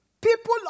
People